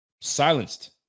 silenced